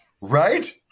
Right